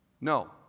No